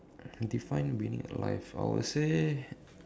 define winning in life I would say